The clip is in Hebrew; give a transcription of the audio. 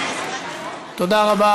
תודה רבה.